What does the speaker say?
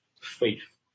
faith